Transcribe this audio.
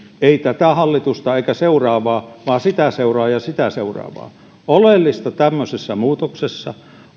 ei tätä hallitusta eikä seuraavaa vaan sitä seuraavaa ja sitä seuraavaa oleellista tämmöisessä muutoksessa